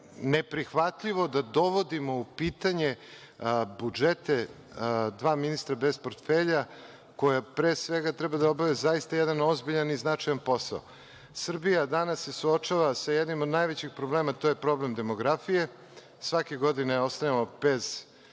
neprihvatljivo da dovodimo u pitanje budžete dva ministra bez portfelja koje pre svega treba da obave zaista jedan ozbiljan i značajan posao. Srbija se danas suočava sa jednim od najvećih problema, to je problem demografije. Svake godine ostajemo bez